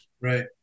Right